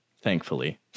thankfully